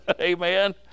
amen